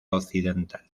occidental